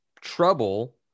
trouble